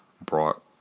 brought